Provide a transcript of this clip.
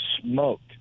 smoked